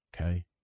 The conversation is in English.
Okay